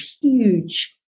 huge